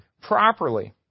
properly